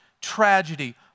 tragedy